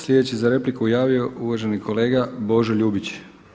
Sljedeći se za repliku javio uvaženi kolega Božo Ljubić.